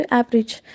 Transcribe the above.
average